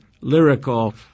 lyrical